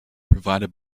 provided